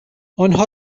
آنها